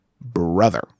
BROTHER